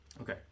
Okay